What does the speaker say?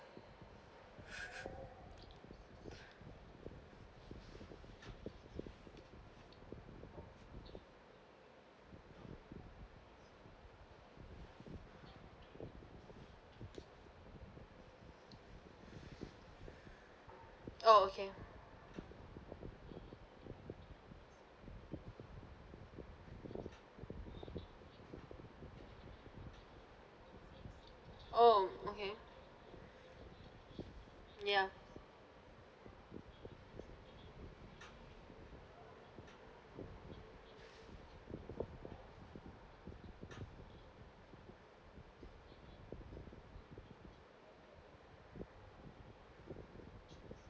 oh okay oh okay ya